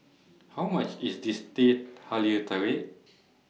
How much IS Teh Halia Tarik